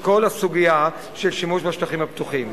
של כל הסוגיה של שימוש בשטחים הפתוחים.